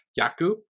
Yaku